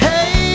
Hey